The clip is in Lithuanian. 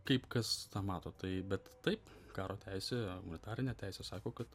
kaip kas tą mato tai bet taip karo teisė humanitarinė teisė sako kad